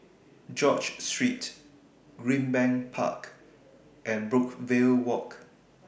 George Street Greenbank Park and Brookvale Walk